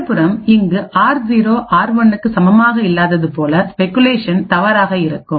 மறுபுறம் இங்கு ஆர்0 ஆர்1 க்கு சமமாக இல்லாதது போல ஸ்பெகுலேஷன் தவறாக இருக்கும்